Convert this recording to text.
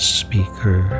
speaker